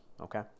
Okay